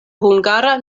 hungara